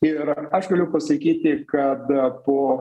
ir aš galiu pasakyti kad po